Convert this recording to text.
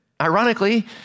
ironically